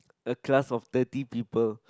a class of thirty people